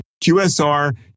QSR